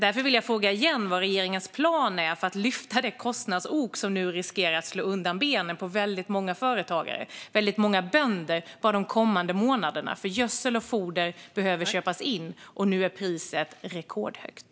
Därför vill jag fråga igen: Vad är regeringens plan för att lyfta det kostnadsok som bara under de kommande månaderna riskerar att slå undan benen på väldigt många företagare - väldigt många bönder? Gödsel och foder behöver köpas in, och nu är priset rekordhögt.